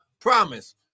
promise